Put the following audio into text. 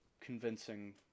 convincing